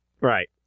Right